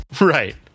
Right